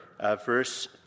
verse